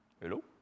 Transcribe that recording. Hello